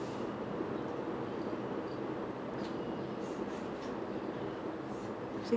sixty eight or sixty nine னா இருக்கு:naa irukku because I was in secondary one or secondary two தா அவளோதா:thaa avalothaa